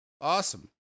awesome